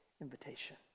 invitation